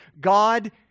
God